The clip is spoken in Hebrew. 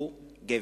הוא גבר.